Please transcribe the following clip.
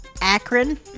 Akron